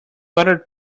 ordered